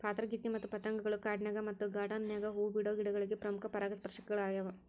ಪಾತರಗಿತ್ತಿ ಮತ್ತ ಪತಂಗಗಳು ಕಾಡಿನ್ಯಾಗ ಮತ್ತ ಗಾರ್ಡಾನ್ ನ್ಯಾಗ ಹೂ ಬಿಡೋ ಗಿಡಗಳಿಗೆ ಪ್ರಮುಖ ಪರಾಗಸ್ಪರ್ಶಕಗಳ್ಯಾವ